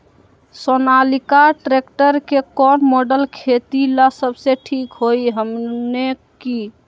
Sonalika tractor के कौन model खेती ला सबसे ठीक होई हमने की?